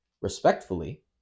respectfully